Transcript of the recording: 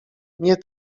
nie